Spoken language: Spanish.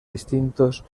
distintos